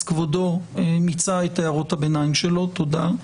כבודו מיצה את הערות הביניים שלו, תודה.